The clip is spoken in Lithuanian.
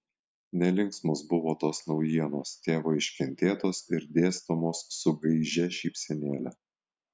nelinksmos buvo tos naujienos tėvo iškentėtos ir dėstomos su gaižia šypsenėle